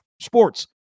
sports